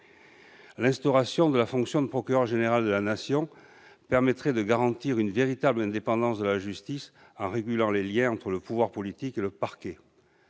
L'instauration de la fonction de procureur général de la Nation permettrait de garantir une véritable indépendance de la justice en régulant les liens entre le pouvoir politique et le parquet.